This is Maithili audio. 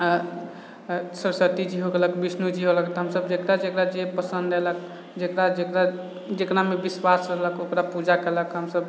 सरस्वतीजी हो गेलअ विष्णुजी हो गेलअ तऽ हमसब जेकरा जेकरा जे पसन्द एलक जेकरा मे विश्वास होलअ ओकरा पूजा केलक हमसब